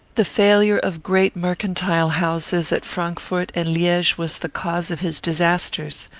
the failure of great mercantile houses at frankfort and liege was the cause of his disasters.